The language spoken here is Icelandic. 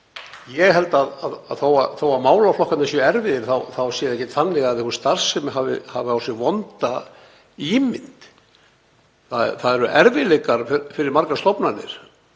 Ég held að þótt málaflokkarnir séu erfiðir þá sé það ekki þannig að sú starfsemi hafi á sér vonda ímynd. Það eru erfiðleikar fyrir margar stofnanir